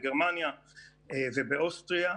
בגרמניה ובאוסטריה.